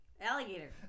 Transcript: alligator